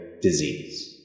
disease